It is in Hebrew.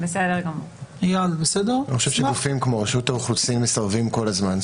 אני חושב שגופים כמו רשות האוכלוסין מסרבים כל הזמן.